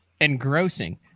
Engrossing